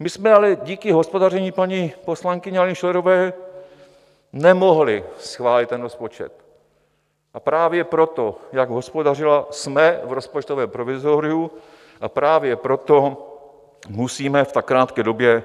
My jsme ale díky hospodaření paní poslankyně Aleny Schillerové nemohli schválit ten rozpočet, a právě proto, jak hospodařila, jsme v rozpočtovém provizoriu a právě proto musíme v tak krátké době